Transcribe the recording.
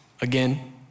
again